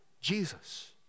Jesus